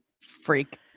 freak